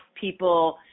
people